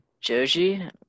Joji